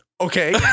Okay